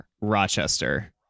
rochester